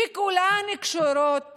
וכולן קשורות